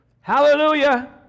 Hallelujah